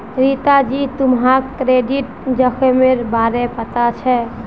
रीता जी, तुम्हाक क्रेडिट जोखिमेर बारे पता छे?